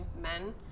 men